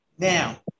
Now